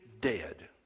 dead